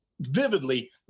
vividly